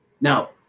Now